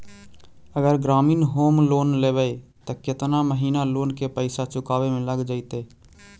अगर ग्रामीण home loan लेबै त केतना महिना लोन के पैसा चुकावे में लग जैतै?